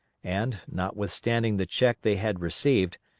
and, notwithstanding the check they had received,